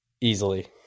Easily